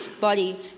body